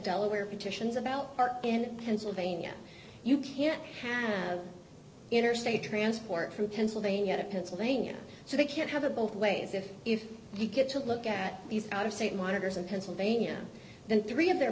delaware petitions about are in pennsylvania you can't hand interstate transport from pennsylvania to pennsylvania so they can't have it both ways if you get to look at these out of state monitors and pennsylvania then three of their